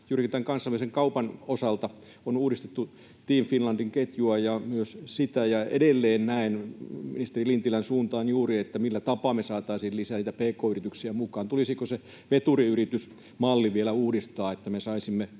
niin, että kansallisen kaupan osalta on uudistettu Team Finlandin ketjua — myös sitä. Edelleen ministeri Lintilän suuntaan juuri tästä: Millä tapaa me saataisiin lisää pk-yrityksiä mukaan? Tulisiko veturiyritysmalli vielä uudistaa, jotta me saisimme